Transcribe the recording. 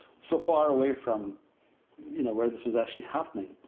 so far away from you know where this was actually happening,